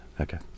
Okay